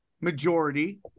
majority